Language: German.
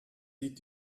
sieht